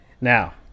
Now